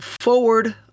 forward